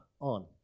on